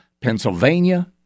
Pennsylvania